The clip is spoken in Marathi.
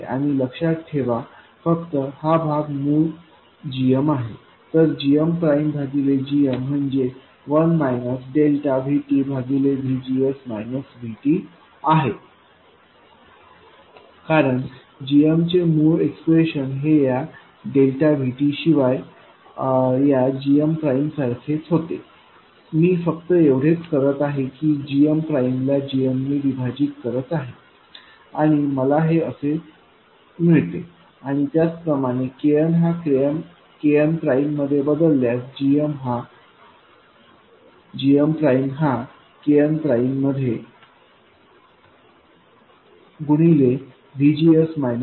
आणि लक्षात ठेवा फक्त हा भाग मूळ gmआहे तर gm प्राइम भागिले gm म्हणजे 1 मायनस डेल्टा VTभागिले VGS VTआहे कारण gmचे मूळ एक्सप्रेशन हे या VTशिवाय या gm प्राइम सारखेच होते मी फक्त एवढेच करत आहे की gm प्राइमला gm ने विभाजित करत आहे आणि मला हे असे मिळते आणि त्याचप्रमाणे Kn हा Kn प्राइममध्ये बदलल्यास gm प्राइम हा Kn प्राइम गुणिले होईल